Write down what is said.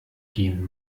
gehen